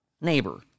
neighbor